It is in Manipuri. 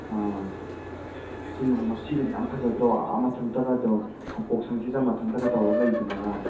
ꯑꯥ ꯇꯨ ꯌꯦꯡꯉꯨ ꯃꯆꯤꯒꯁꯦ ꯌꯥꯝ ꯐꯖꯗ꯭ꯔꯣ ꯑꯥ ꯃꯊꯟꯇꯒꯗꯣ ꯈꯥꯡꯄꯣꯛꯁꯪꯗ ꯃꯊꯟꯇꯒ ꯇꯧꯔ ꯂꯩꯔꯤꯗꯨꯅꯒ